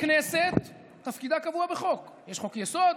הכנסת, תפקידה קבוע בחוק: יש חוק-יסוד,